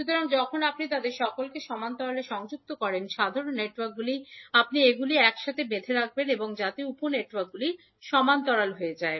সুতরাং যখন আপনি তাদের সকলকে সমান্তরালে সংযুক্ত করেন সাধারণ নেটওয়ার্কগুলি আপনি এগুলি একসাথে বেঁধে রাখবেন যাতে উপ নেটওয়ার্কগুলি সমান্তরাল হয়ে যায়